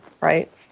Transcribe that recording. right